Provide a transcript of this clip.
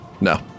No